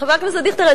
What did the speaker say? חבר הכנסת דיכטר,